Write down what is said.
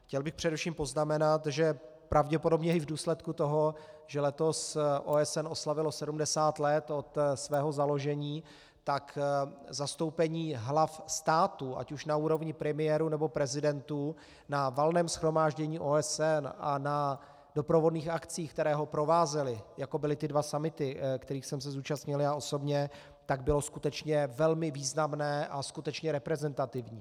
Chtěl bych především poznamenat, že pravděpodobně i v důsledku toho, že letos OSN oslavilo 70 let od svého založení, tak zastoupení hlav států ať už na úrovni premiérů, nebo prezidentů na Valném shromáždění OSN a na doprovodných akcích, které ho provázely, jako byly ty dva summity, kterých jsem se zúčastnil já osobně, tak bylo skutečně velmi významné a skutečně reprezentativní.